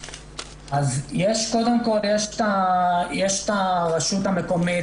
אז קודם כל יש את הרשות המקומית,